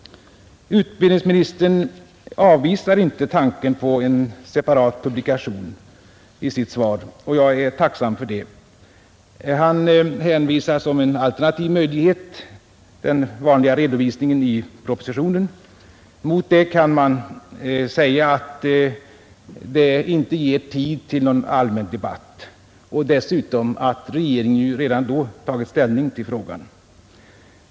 Utbildningsministern avvisar inte tanken på en separat publikation i sitt svar, och jag är tacksam för det. Han nämner som en alternativ möjlighet den vanliga redovisningen i propositionen. Mot det kan man invända att den inte ger tid till någon allmän debatt och dessutom att regeringen ju då redan tagit ställning till frågan.